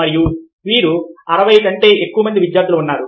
మరియు వీరు 60 కంటే ఎక్కువ మంది విద్యార్థులు ఉన్నారు